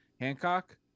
Hancock